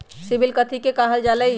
CIBIL कथि के काहल जा लई?